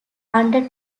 under